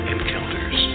Encounters